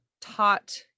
taught